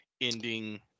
ending